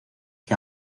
que